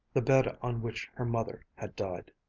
the bed on which her mother had died.